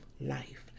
life